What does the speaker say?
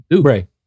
Right